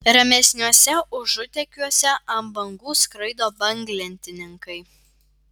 ramesniuose užutekiuose ant bangų skraido banglentininkai